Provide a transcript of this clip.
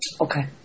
Okay